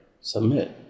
submit